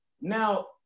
now